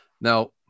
Now